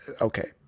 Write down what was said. Okay